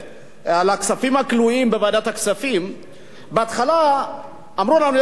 הכלואים בהתחלה אמרו לנו: יש 100 מיליארד שקל,